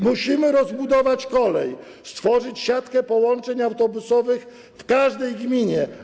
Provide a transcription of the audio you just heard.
Musimy rozbudować kolej, stworzyć siatkę połączeń autobusowych w każdej gminie.